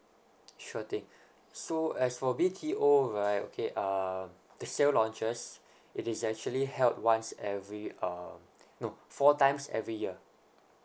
sure thing so as for B_T_O right okay uh the sale launches it is actually held once every uh no four times every year